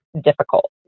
difficult